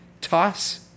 toss